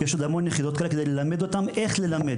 כדי ללמד אותם איך ללמד.